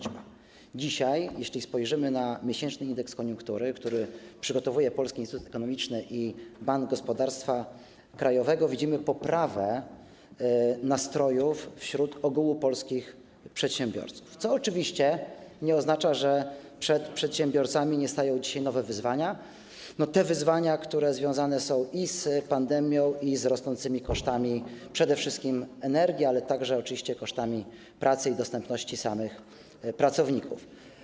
Dzisiaj, jeśli spojrzymy na miesięczny indeks koniunktury, który przygotowują Polski Instytut Ekonomiczny i Bank Gospodarstwa Krajowego, widzimy poprawę nastrojów wśród ogółu polskich przedsiębiorców, co oczywiście nie oznacza, że przed przedsiębiorcami nie stoją dzisiaj nowe wyzwania, które są związane i z pandemią, i z rosnącymi kosztami przede wszystkim energii, ale także pracy i dostępności samych pracowników.